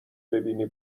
ببینی